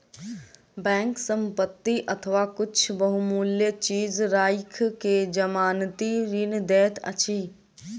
bank संपत्ति अथवा किछ बहुमूल्य चीज राइख के जमानती ऋण दैत अछि